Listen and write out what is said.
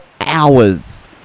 hours